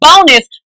bonus